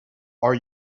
are